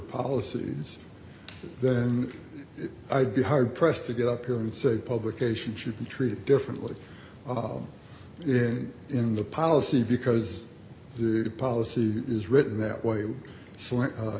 policies then i'd be hard pressed to get up here and say publication should be treated differently and in the policy because the policy is written that way